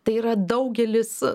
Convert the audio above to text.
tai yra daugelis